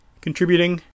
contributing